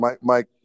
Mike